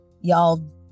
y'all